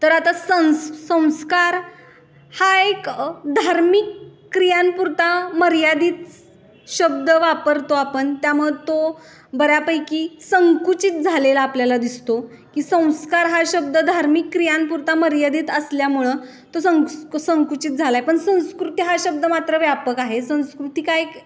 तर आता संस् संस्कार हा एक धार्मिक क्रियांपुरता मर्यादित शब्द वापरतो आपण त्यामुळं तो बऱ्यापैकी संकुचित झालेला आपल्याला दिसतो की संस्कार हा शब्द धार्मिक क्रियांपुरता मर्यादित असल्यामुळं तो संक संकुचित झाला आहे पण संस्कृती हा शब्द मात्र व्यापक आहे संस्कृती काय